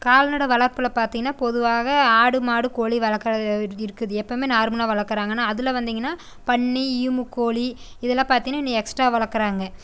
கால்நடை வளர்ப்பில் பார்த்திங்கன்னா பொதுவாக ஆடு மாடு கோழி வளர்க்குறது இருக்குது எப்பயும் நார்மலாக வளர்க்குறாங்க ஆனால் அதில் வந்திங்கன்னா பன்றி ஈமுக்கோழி இதெல்லாம் பார்த்திங்கன்னா இன்னும் எக்ஸ்ட்ரா வளர்க்குறாங்க